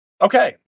Okay